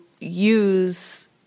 use